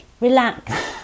Relax